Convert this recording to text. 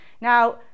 Now